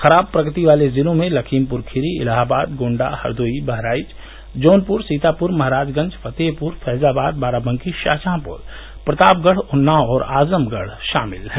खराब प्रगति वाले जिलों में लखीमपुर खीरी इलाहाबाद गोण्डा हरदोई बहराइच जौनपुर सीतापुर महराजगंज फतेहपुर फैजाबाद बाराबंकी शाहजहांपुर प्रतापगढ़ उन्नाव और आजमगढ़ शामिल हैं